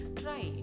try